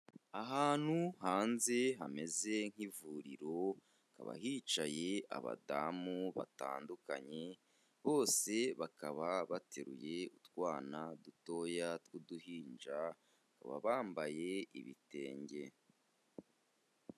Ahantu hanze hameze nk'ivuriro hakaba hicaye abadamu batandukanye, bose bakaba bateruye utwana dutoya tw'uduhinja, bakaba bambaye ibitenge.